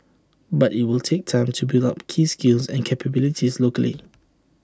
but IT will take time to build up keys skills and capabilities locally